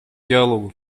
диалогу